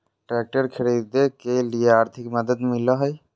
Tractor खरीदे के लिए आर्थिक मदद मिलो है?